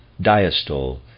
diastole